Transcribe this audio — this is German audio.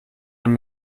ein